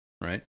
right